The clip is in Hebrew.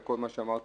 כל מה שאמרתי,